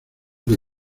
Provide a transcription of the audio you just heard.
que